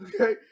Okay